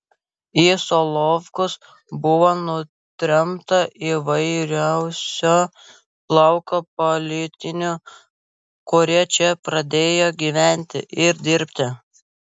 į solovkus buvo nutremta įvairiausio plauko politinių kurie čia pradėjo gyventi ir dirbti